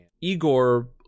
Igor